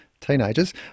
teenagers